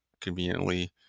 conveniently